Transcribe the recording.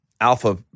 alpha